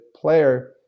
player